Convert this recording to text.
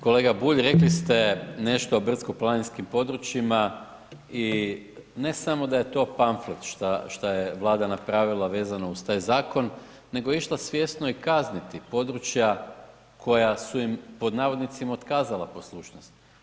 Kolega Bulj, rekli ste nešto o brdsko-planinskim područjima i ne samo da je to pamflet što je Vlada napravila vezano uz taj zakon, nego je išla svjesno i kazniti područja koja su im pod navodnicima otkazala poslušnost.